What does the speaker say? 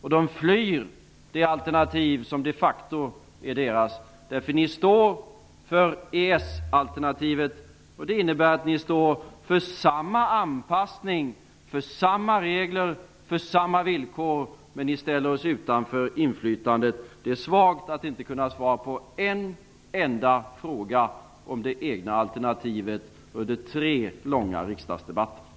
Ni flyr det alternativ som de facto är ert, för ni står för EES alternativet. Det innebär att ni står för samma anpassning, samma regler och samma villkor, men ni ställer oss utanför inflytandet. Det är svagt att under tre långa riksdagsdebatter inte kunna svara på en enda fråga om det egna alternativet.